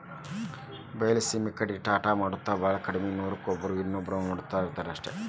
ಬೈಲಸೇಮಿ ಕಡೆ ತ್ವಾಟಾ ಮಾಡುದ ಬಾಳ ಕಡ್ಮಿ ನೂರಕ್ಕ ಒಬ್ಬ್ರೋ ಇಬ್ಬ್ರೋ ಮಾಡತಾರ ಅಷ್ಟ